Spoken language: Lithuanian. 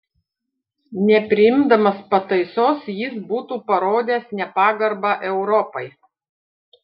nepriimdamas pataisos jis būtų parodęs nepagarbą europai